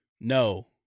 No